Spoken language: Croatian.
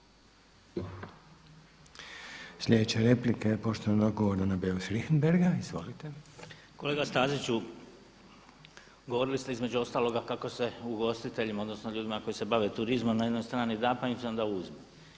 Kolega Staziću, govorili ste između ostaloga kako se ugostiteljima, odnosno ljudima koji se bave turizmom na jednoj strani da, pa onda uzmu.